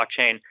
blockchain